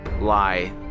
lie